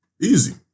Easy